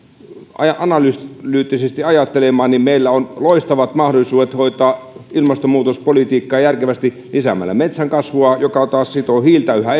analyyttisesti ajattelemaan meillä on loistavat mahdollisuudet hoitaa ilmastonmuutospolitiikkaa järkevästi lisäämällä metsän kasvua joka taas sitoo hiiltä yhä